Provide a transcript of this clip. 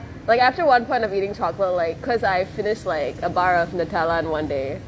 like after one point of eating chocolate like because I finished like a bar of Nutella in one day